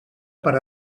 per